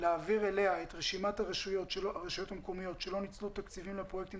להעביר אליה את רשימת הרשויות המקומיות שלא ניצלו תקציבים לפרויקטים